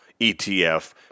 ETF